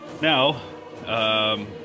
Now